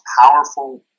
powerful